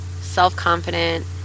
self-confident